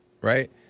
Right